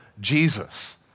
Jesus